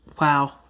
Wow